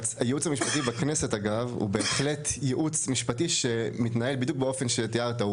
הייעוץ המשפטי בכנסת הוא בהחלט ייעוץ משפטי שמתנהג באופן שתיארת,